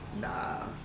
Nah